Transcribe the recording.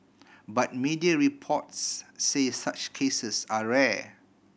but media reports say such cases are rare